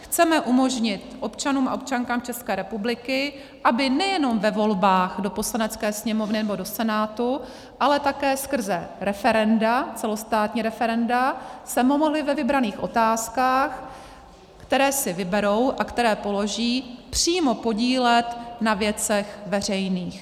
Chceme umožnit občanům a občankám České republiky, aby nejenom ve volbách do Poslanecké sněmovny nebo do Senátu, ale také skrze referenda, celostátní referenda, se mohli ve vybraných otázkách, které si vyberou a které položí, přímo podílet na věcech veřejných.